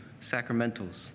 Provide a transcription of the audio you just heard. sacramentals